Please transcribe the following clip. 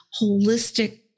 holistic